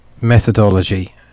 methodology